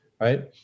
right